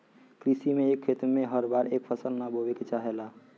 कृषि में एक खेत में हर बार एक फसल ना बोये के चाहेला